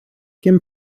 ким